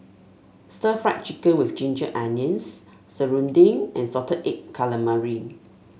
stir Fry Chicken with Ginger Onions serunding and Salted Egg Calamari